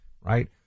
right